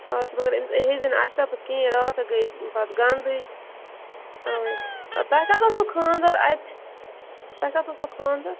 آ تِمن ہیٚے زِ نہٕ اشرفس کِہیٖنٛۍ راتھے ہَے گٔیہِ پَتہٕ گنٛدے تَوے تۄہہِ کَس اوسوٕ خانٛدر اتہِ تۄہہٕ کَس اوسوٕ خانٛدر